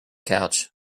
couch